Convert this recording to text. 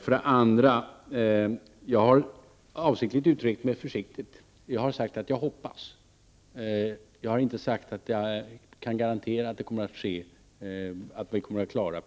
För det andra: Jag har avsiktligt uttryckt mig försiktigt; jag har sagt att jag hoppas -- jag har inte sagt att jag kan garantera det -- att vi kommer att klara